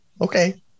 Okay